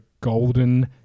Golden